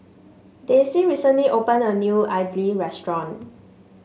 Dayse recently opened a new idly restaurant